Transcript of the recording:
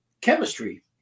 chemistry